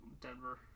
denver